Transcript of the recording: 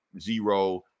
zero